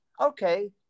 Okay